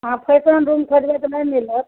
अहाँ fashion room खोजबय तऽ नहि मिलत